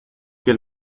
que